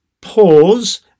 pause